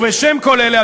ובשם כל אלה,